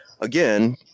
again